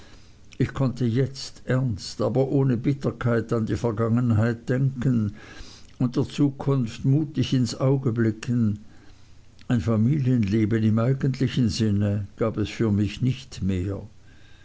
ich konnte jetzt ernst aber ohne bitterkeit an die vergangenheit denken und der zukunft mutig ins auge blicken ein familienleben im eigentlichen sinne gab es für mich nicht mehr